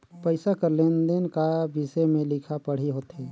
पइसा कर लेन देन का बिसे में लिखा पढ़ी होथे